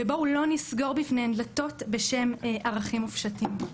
בואו לא נסגור בפניהן דלתות בשם ערכים מופשטים.